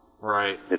Right